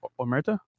omerta